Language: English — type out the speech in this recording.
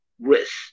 risk